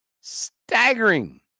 staggering